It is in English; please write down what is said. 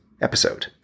episode